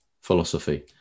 philosophy